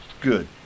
Good